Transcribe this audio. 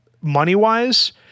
money-wise